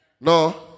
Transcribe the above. No